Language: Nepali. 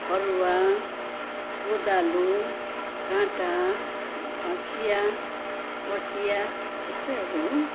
फरुवा कोदालो काँटा हँसिया कँचिया यस्तैहरू हो